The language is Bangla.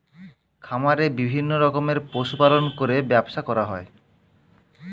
খামারে বিভিন্ন রকমের পশু পালন করে ব্যবসা করা হয়